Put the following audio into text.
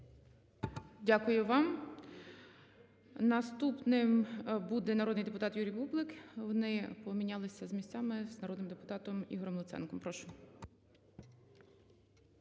Дякую вам. Наступним буде народний депутат Юрій Бублик, вони помінялися місцями з народним депутатом Ігорем Луценко. Прошу.